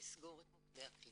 לסגור אותם.